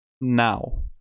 now